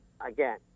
Again